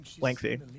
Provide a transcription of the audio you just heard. lengthy